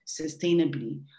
sustainably